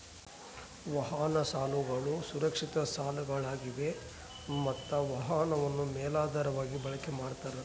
ವಾಹನ ಸಾಲಗಳು ಸುರಕ್ಷಿತ ಸಾಲಗಳಾಗಿವೆ ಮತ್ತ ವಾಹನವನ್ನು ಮೇಲಾಧಾರವಾಗಿ ಬಳಕೆ ಮಾಡ್ತಾರ